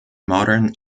modern